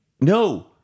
No